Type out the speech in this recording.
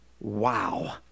Wow